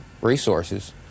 resources